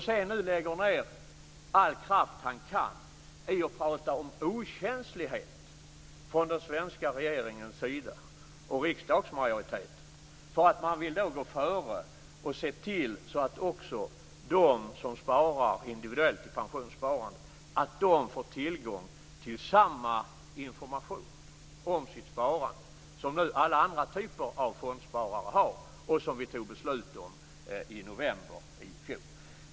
Å andra sidan lägger han nu ned all kraft han kan på att prata om okänslighet från den svenska regeringens och riksdagsmajoritetens sida för att man vill gå före och se till att också de som sparar individuellt i pensionssparande får tillgång till samma information om sitt sparande som alla andra typer av fondsparare får såsom vi fattade beslut om i november i fjol.